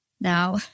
Now